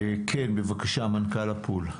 מנכ"ל הפול.